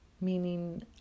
meaning